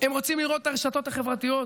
הם רוצים לראות את הרשתות החברתיות.